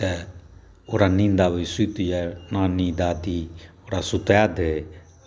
तऽ ओकरा नींद आबै सुति जाइ नानी दादी ओकरा सुता दै